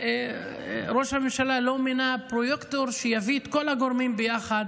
ראש הממשלה לא מינה פרויקטור שיביא את כל הגורמים ביחד